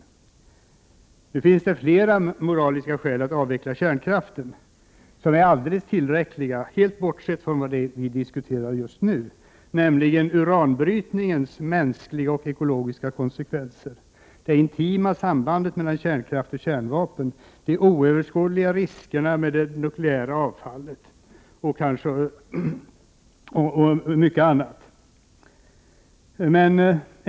Bortsett från det som vi just nu diskuterar finns det flera moraliska skäl som är alldeles tillräckliga för att avveckla kärnkraften, nämligen uranbrytningens mänskliga och ekologiska konsekvenser, det intima sambandet mellan kärnkraft och kärnvapen samt de oöverskådliga riskerna med det nukleära avfallet.